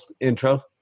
intro